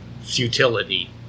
futility